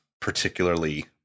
particularly